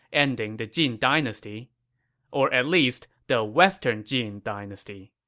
ending the jin dynasty or at least, the western jin dynasty.